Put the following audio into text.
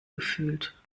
gefühlt